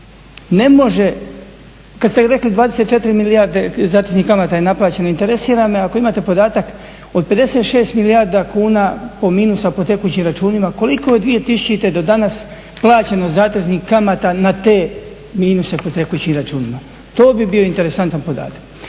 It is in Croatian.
ne može, kad ste rekli 24 milijarde zateznih kamata je naplaćeno, interesira me ako imate podatak, od 56 milijardi kuna minusa po tekućim računima, koliko od 2000. do danas plaćeno zateznih kamata na te minuse po tekućim računima? To bi bio interesantan podatak.